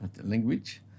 language